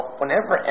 whenever